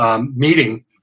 meeting